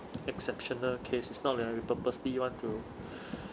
exceptional case is not that we purposely want to